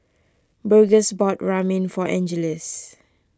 Burgess bought Ramen for Angeles